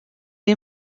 est